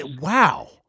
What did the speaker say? wow